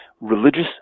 religious